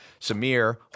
Samir